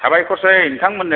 साबायखरसै नोंथांमोननो